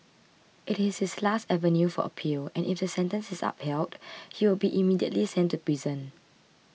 it is his last avenue for appeal and if the sentence is upheld he will be immediately sent to prison